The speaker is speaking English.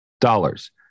dollars